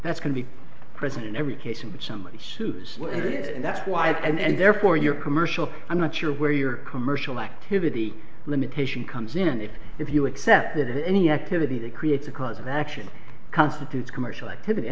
that's going to be present in every case in which somebody shoes and that's why it and therefore your commercial i'm not sure where your commercial activity limitation comes in if if you accept that any activity that creates a cause of action constitutes commercial activity i